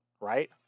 right